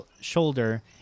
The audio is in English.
shoulder